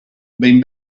behin